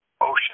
ocean